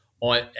on